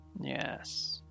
Yes